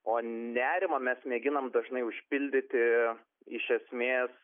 o nerimo mes mėginam dažnai užpildyti iš esmės